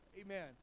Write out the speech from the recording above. Amen